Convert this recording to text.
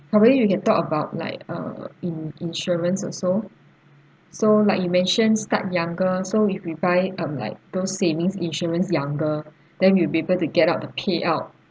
probably we can talk about like uh in~ insurance also so like you mention start younger so if we buy um like those savings insurance younger then we'll be able to get out the payout